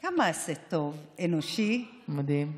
גם מעשה טוב, אנושי, מדהים.